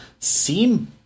seem